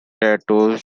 tattoos